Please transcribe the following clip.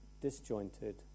disjointed